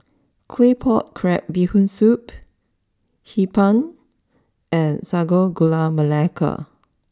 Claypot Crab Bee Hoon Soup Hee Pan and Sago Gula Melaka